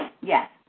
Yes